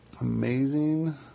Amazing